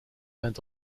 bent